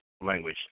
language